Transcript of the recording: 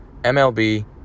MLB